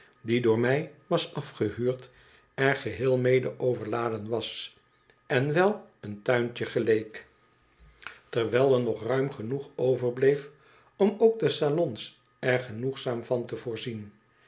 die door mij was afgehuurd er geheel mede overladen was en wel een tuintje geleek terwijl er nog ruim genoeg overbleef om ook de salons er genoegzaam van te voorzien